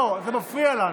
לא, זה מפריע לנו.